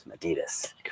Adidas